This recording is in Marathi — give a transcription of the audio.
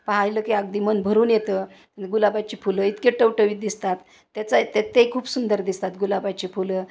पाह्यलं की अगदी मन भरून येतं गुलाबाची फुलं इतके टवटवीत दिसतात त्याचं ते ते खूप सुंदर दिसतात गुलाबाची फुलं